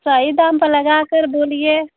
सही दाम तो लगाकर बोलिए